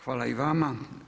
Hvala i vama.